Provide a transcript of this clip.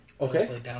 Okay